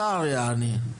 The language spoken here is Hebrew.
השר יענה.